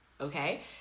okay